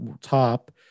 top